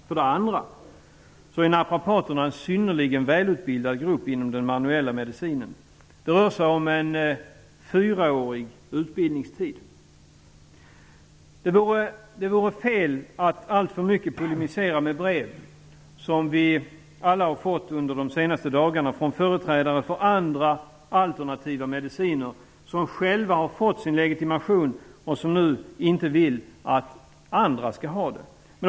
För det andra är naprapaterna en synnerligen välutbildad grupp inom den manuella medicinen. Det rör sig om en fyraårig utbildningstid. Det vore fel att alltför mycket polemisera med de brev som vi alla under de senaste dagarna har fått från sådana företrädare för andra alternativa mediciner som själva har fått sin legitimation. Nu vill de inte att andra skall få legitimation.